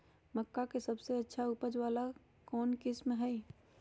मक्का के सबसे अच्छा उपज वाला कौन किस्म होई?